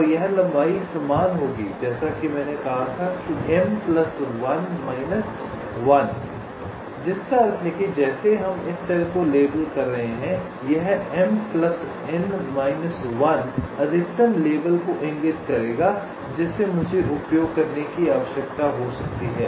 और यह लंबाई समान होगी जैसा कि मैंने कहा था जिसका अर्थ है कि जैसे हम इस सेल को लेबल कर रहे हैं यह अधिकतम लेबल को इंगित करेगा जिसे मुझे उपयोग करने की आवश्यकता हो सकती है